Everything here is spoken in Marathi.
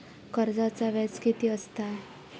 कर्जाचा व्याज कीती असता?